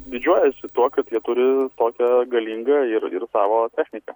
didžiuojasi tuo kad jie turi tokią galingą ir ir savo techniką